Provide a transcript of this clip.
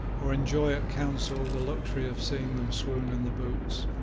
or enjoy at council the luxury of seeing them swoon in the boots.